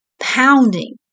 pounding